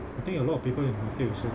I think a lot of people in the market also